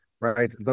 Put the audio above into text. right